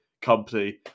company